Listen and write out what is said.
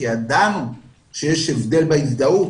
כי ידענו שיש הבדל בהזדהות,